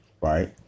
right